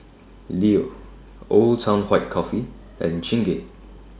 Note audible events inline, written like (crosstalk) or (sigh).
Leo Old Town White Coffee (noise) and Chingay